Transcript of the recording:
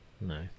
No